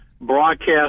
broadcast